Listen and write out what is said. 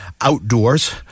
outdoors